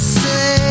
say